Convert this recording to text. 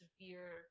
severe